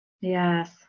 Yes